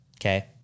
okay